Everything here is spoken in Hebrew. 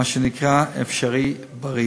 מה שנקרא "אפשריבריא".